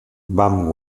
vam